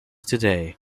today